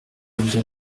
ibyo